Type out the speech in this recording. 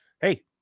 hey